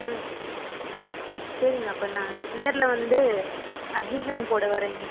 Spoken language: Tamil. ம் சரிங்க அப்போ நான் நேரில் வந்து அட்மிஷன் போட வரேங்க